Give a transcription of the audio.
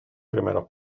primero